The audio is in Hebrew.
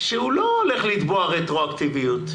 לא הולך לתבוע רטרואקטיביות.